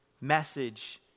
message